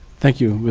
thank you.